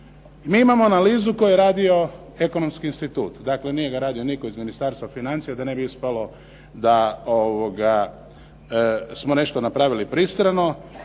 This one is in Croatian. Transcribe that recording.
Mi imamo analizu koju je radio Ekonomski institut. Dakle, nije ga radio nitko iz Ministarstva financija, da ne bi ispalo da smo nešto napravili pristrano.